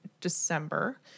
December